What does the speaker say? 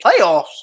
Playoffs